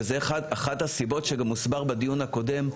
וזה אחת הסיבות שגם הוסבר בדיון הקודם,